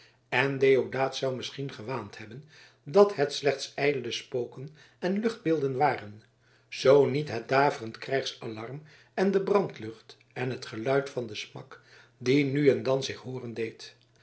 en deodaat zou misschien gewaand hebben dat het slechts ijdele spoken en luchtbeelden waren zoo niet het daverend krijgsalarm en de brandlucht en het geluid van den smak die nu en dan zich hooren deed